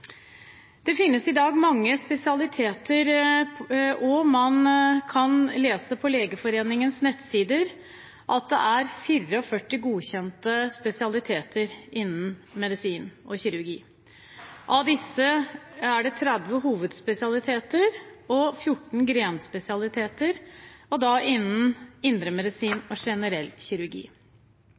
Det finnes i dag mange spesialiteter, og man kan lese på Legeforeningens nettsider at det er 44 godkjente spesialiteter innen medisin og kirurgi. Av disse er det 30 hovedspesialiteter og 14 grenspesialiteter, da innen indremedisin og generell kirurgi.